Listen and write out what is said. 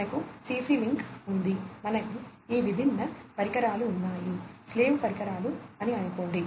మనకు CC link ఉంది మనకు ఈ విభిన్న పరికరాలు ఉన్నాయి స్లేవ్ పరికరాలు అని అనుకోండి